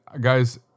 guys